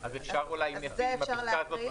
אז אפשר אולי כן להתקדם עם הפסקה הזאת.